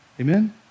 Amen